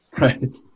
right